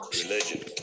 religion